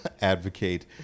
advocate